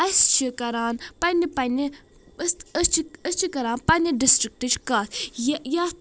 اسہِ چھِ کران پننہِ پننہِ أسۍ چھِ أسۍ چھِ کران پننہِ ڈسٹرکٹٕچ کتھ یہِ یتھ